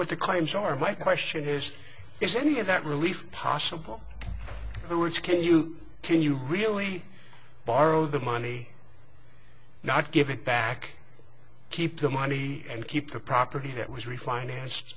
what the crimes are my question is is any of that relief possible or which can you can you really borrow the money not give it back keep the money and keep the property that was refinanced